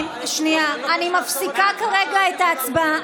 אני מפסיקה כרגע את ההצבעה.